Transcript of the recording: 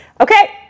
Okay